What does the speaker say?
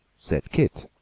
said keith.